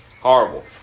Horrible